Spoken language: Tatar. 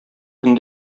көн